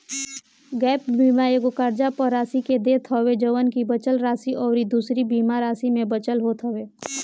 gap बीमा एगो कर्जा पअ राशि के देत हवे जवन की बचल राशि अउरी दूसरी बीमा राशि में बचल होत हवे